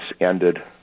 ended